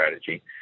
strategy